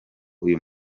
uyu